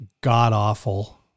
god-awful